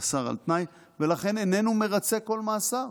מאסר על תנאי, ולכן איננו מרצה כל מאסר.